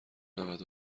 نود